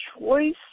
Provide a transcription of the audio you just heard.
choice